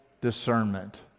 discernment